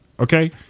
Okay